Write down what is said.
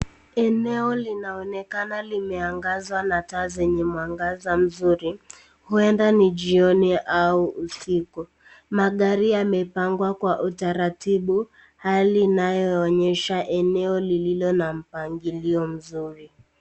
Eneo linaonekana limeangazwa na taa zenye mwangaza mzuri huenda ni jioni au usiku. Magari yamepangwa kwa utaratibu, hali inayoonesha eneo iliyo na mpangilio mzuri.